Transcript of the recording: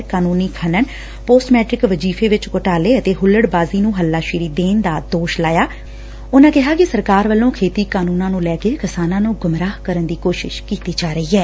BJP ਆਗੁਆਂ ਨੇ ਸਰਕਾਰ ਤੇ ਗੈਰ ਕਾਨੂੰਨੀ ਖਣਨ ਪੋਸਟ ਮੈਟ੍ਰਿਕ ਵਜ਼ੀਫੇ ਵਿਚ ਘੋਟਾਲੇ ਅਤੇ ਹੁਲੜਬਾਜ਼ੀ ਨੂੰ ਹੱਲਾਸ਼ੇਰੀ ਦੇਣ ਦਾ ਦੌਸ਼ ਲਾਇਆ ਅਤੇ ਕਿਹਾ ਕਿ ਸਰਕਾਰ ਵੱਲੋਂ ਖੇਤੀ ਕਾਨੂੰਨਾਂ ਨੂੰ ਲੈ ਕੇ ਕਿਸਾਨਾਂ ਨੂੰ ਗੁੰਮਰਾਹ ਕਰਨ ਦੀ ਕੋਸ਼ਿਸ਼ ਕੀਤੀ ਜਾ ਰਹੀ ਏ